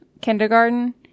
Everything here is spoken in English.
kindergarten